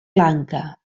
lanka